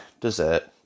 dessert